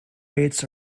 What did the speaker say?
rates